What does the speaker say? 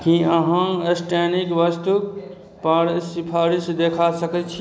की अहाँ स्टेनीक वस्तुपर सिफारिश देखा सकय छी